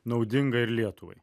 naudinga ir lietuvai